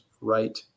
right